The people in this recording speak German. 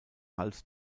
hals